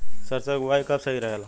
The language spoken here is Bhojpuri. सरसों क बुवाई कब सही रहेला?